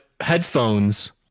headphones